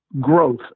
growth